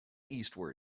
eastward